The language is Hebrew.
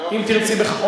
נעשה הפסקה.